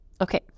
Okay